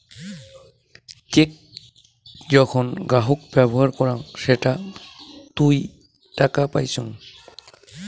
check যখন গ্রাহক ব্যবহার করাং সেটা থুই টাকা পাইচুঙ